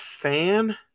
fan